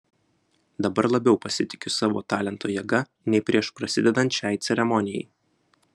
dabar labiau pasitikiu savo talento jėga nei prieš prasidedant šiai ceremonijai